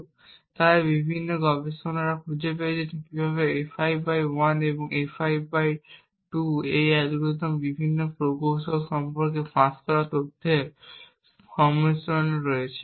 এখন তাই বিভিন্ন গবেষকরা খুঁজে বের করেছেন কিভাবে A51 এবং A52 এই অ্যালগরিদম এবং বিপরীত প্রকৌশল সম্পর্কে ফাঁস হওয়া তথ্যের সংমিশ্রণ রয়েছে